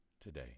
today